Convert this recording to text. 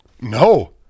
no